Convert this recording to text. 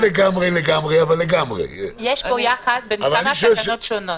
יש פה יחס בין כמה תקנות שונות.